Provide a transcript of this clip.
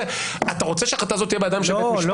אתה רוצה שההחלטה הזאת תהיה בבית משפט?